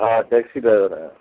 हा taxi driver आहियां